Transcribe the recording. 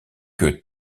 que